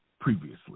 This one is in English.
previously